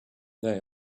they